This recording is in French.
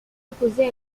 opposée